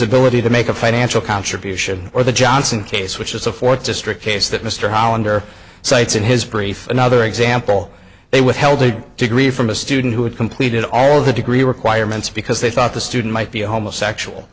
ability to make a financial contribution or the johnson case which is a fourth district case that mr hollander cites in his brief another example they withheld a degree from a student who had completed all the degree requirements because they thought the student might be a homosexual